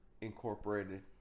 incorporated